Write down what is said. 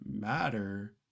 matter